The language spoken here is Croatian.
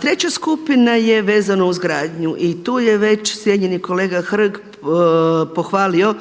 Treća skupina je vezano uz gradnju i tu je već cijenjeni kolega Hrg pohvalio